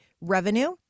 revenue